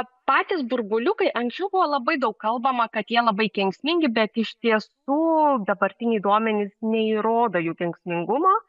patys burbuliukai anksčiau buvo labai daug kalbama kad jie labai kenksmingi bet iš tiesų dabartiniai duomenys neįrodo jų kenksmingumo